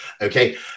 okay